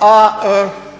a